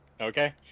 Okay